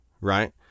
right